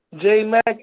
J-Mac